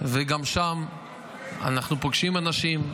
גם שם אנחנו פוגשים אנשים,